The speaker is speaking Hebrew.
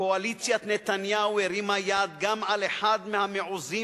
קואליציית נתניהו הרימה יד גם על אחד מהמעוזים